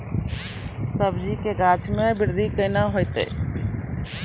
सब्जी के गाछ मे बृद्धि कैना होतै?